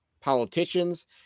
politicians